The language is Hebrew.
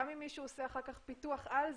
גם אם מישהו עושה אחר כך פיתוח על זה,